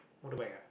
motorbike ah